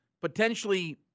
potentially